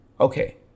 okay